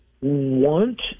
want